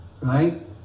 right